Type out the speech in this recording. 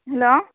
hello